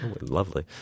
Lovely